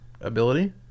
ability